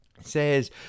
says